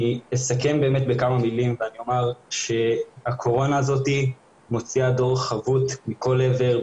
אני אסכם בכמה מילים ואני אומר שהקורונה מוציאה דור חבוט מכל עבר,